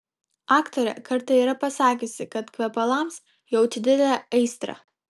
aktorė kartą yra pasakiusi kad kvepalams jaučia didelę aistrą